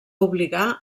obligar